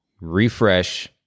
refresh